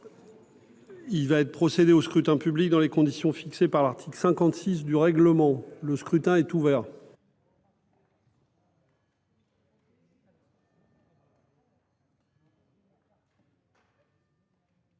Il va être procédé au scrutin dans les conditions fixées par l'article 56 du règlement. Le scrutin est ouvert.